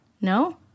no